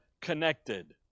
connected